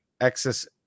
excess